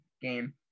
game